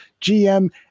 GM